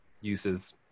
uses